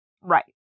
Right